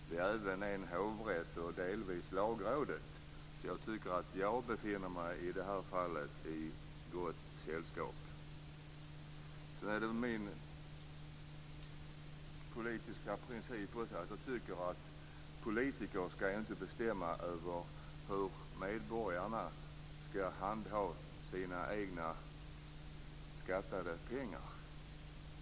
Det anser även en hovrätt och delar av Lagrådet, så jag befinner mig i gott sällskap. Min politiska princip är att politiker inte skall bestämma över hur medborgarna skall handha sina egna skattade pengar.